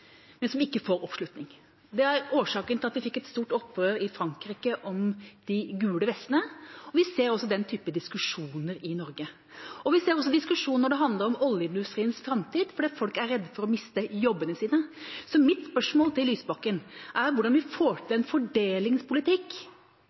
men som ikke får oppslutning. Det er årsaken til at vi fikk et stort opprør i Frankrike, de gule vestene, og vi ser også den typen diskusjoner i Norge. Og vi ser diskusjon når det handler om oljeindustriens framtid, for folk er redde for å miste jobbene sine. Så mitt spørsmål til Lysbakken er hvordan vi får til